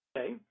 Okay